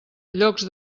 llocs